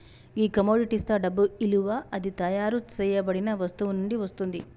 గీ కమొడిటిస్తా డబ్బు ఇలువ అది తయారు సేయబడిన వస్తువు నుండి వస్తుంది